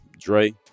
Dre